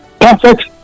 perfect